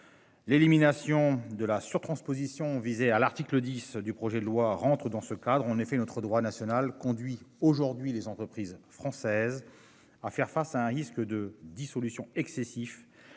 L'élimination de la surtransposition visé à l'article 10 du projet de loi rentre dans ce cadre, on a fait notre droit national conduit aujourd'hui les entreprises françaises. À faire face à un risque de dissolution excessif